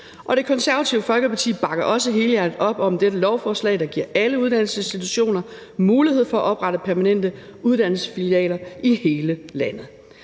Det Konservative Folkeparti bakker også helhjertet op om dette lovforslag, der giver alle uddannelsesinstitutioner mulighed for at oprette permanente uddannelsesfilialer i hele landet.